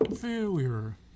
Failure